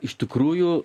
iš tikrųjų